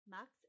Max